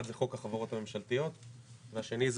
אחד,